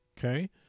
Okay